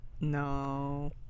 No